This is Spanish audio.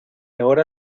ahora